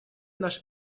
наш